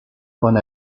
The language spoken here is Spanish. con